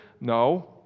No